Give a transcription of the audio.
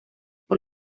por